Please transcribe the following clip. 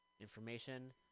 information